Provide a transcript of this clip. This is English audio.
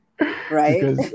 Right